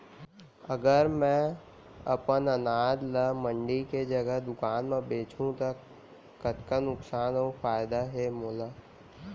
अगर मैं अपन अनाज ला मंडी के जगह दुकान म बेचहूँ त कतका नुकसान अऊ फायदा हे मोला?